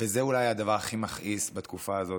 וזה אולי הדבר הכי מכעיס בתקופה הזאת,